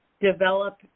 develop